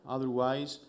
Otherwise